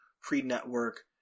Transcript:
pre-network